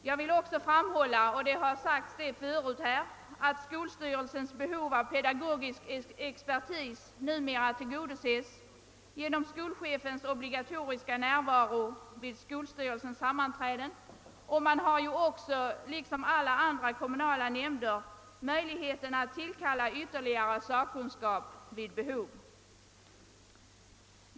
Jag vill också framhålla, vilket även skett tidigare här i kammaren, att skolstyrelsens behov av pedagogisk expertis numera tillgodoses genom skolchefens obligatoriska närvaro vid skolstyrelsens sammanträden, och man har också liksom andra kommunala nämnder möjlighet att vid behov tillkalla ytterligare sakkunskap.